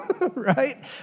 right